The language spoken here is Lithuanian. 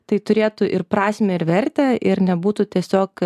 tai turėtų ir prasmę ir vertę ir nebūtų tiesiog